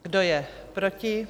Kdo je proti?